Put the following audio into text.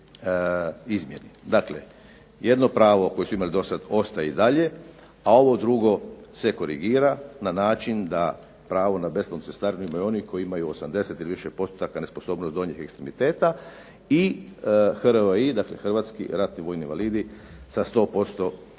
izmijeni. Dakle, jedno pravo koje su imali do sada ostaje, a ovo drugo se korigira na način da pravo na besplatnu cestarinu imaju oni koji imaju 80 ili više postotaka nesposobnost donjih ekstremiteta i Hrvatski ratni vojni invalidi sa 100% tjelesnog